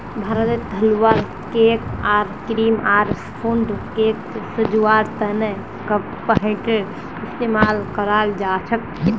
भारतत हलवा, केक आर क्रीम आर पुडिंगक सजव्वार त न कडपहनटेर इस्तमाल कराल जा छेक